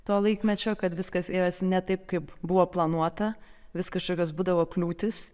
to laikmečio kad viskas ėjosi ne taip kaip buvo planuota vis kažkokios būdavo kliūtys